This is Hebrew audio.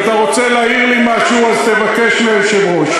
אם אתה רוצה להעיר לי משהו, אז תבקש מהיושב-ראש.